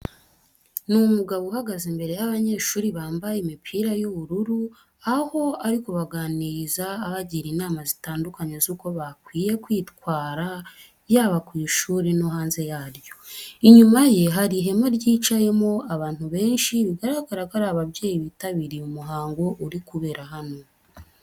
Ni umugabo uhugaze imbere y'abanyeshuri bambaye imipira y'ubururu, aho ari kubaganiriza abagira inama zitandukanye z'uko bakwiye kwitwara yaba ku ishuri no hanze yaryo. Inyuma ye hari ihema ryicayemo abantu benshi, bigaragara ko ari ababyeyi bitabiriye umuhango uri kubera hano.